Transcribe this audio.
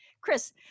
Chris